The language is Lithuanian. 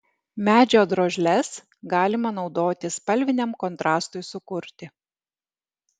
medžio drožles galima naudoti spalviniam kontrastui sukurti